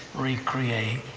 re-create,